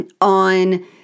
on